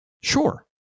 Sure